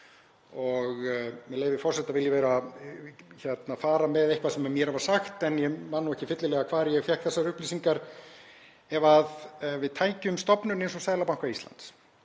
og, með leyfi forseta, vil ég fara með eitthvað sem mér var sagt en ég man nú ekki fyllilega hvar ég fékk þessar upplýsingar. Ef við tækjum stofnun eins og Seðlabanka Íslands